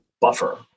buffer